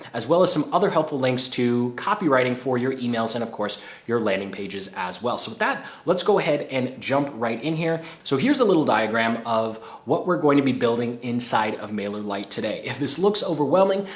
as well as some other helpful links to copywriting for your emails and of course your landing pages as well. so with that, let's go ahead and jump right in here. so here's a little diagram of what we're going to be building inside of mailer light today. if this looks overwhelming,